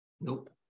Nope